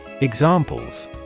Examples